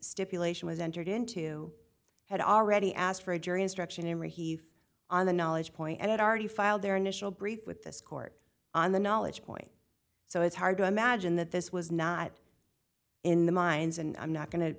stipulation was entered into had already asked for a jury instruction in re heath on the knowledge point and had already filed their initial brief with this court on the knowledge point so it's hard to imagine that this was not in the minds and i'm not going to